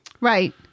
Right